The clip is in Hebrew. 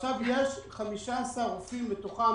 עכשיו יש 15 רופאים שמתוכם